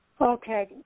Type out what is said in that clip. Okay